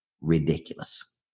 ridiculous